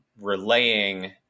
relaying